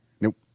Nope